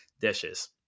dishes